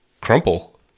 crumple